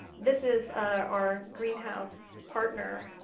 this is our greenhouse partner,